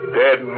dead